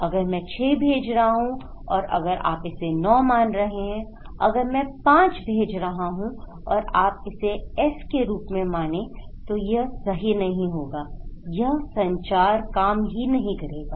अगर मैं 6 भेज रहा हूं और अगर आप इसे 9 मान रहे हैं अगर मैं 5 भेज रहा हूं और अगर आप हैं इसे S के रूप में मानें तो यह सही नहीं होगा यह संचार काम ही नहीं करेगा